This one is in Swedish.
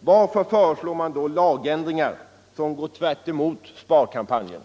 varför föreslår man då lagändringar som går tvärtemot sparkampanjen?